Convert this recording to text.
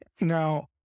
Now